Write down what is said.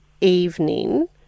evening